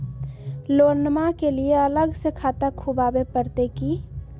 लोनमा के लिए अलग से खाता खुवाबे प्रतय की?